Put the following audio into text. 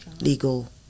legal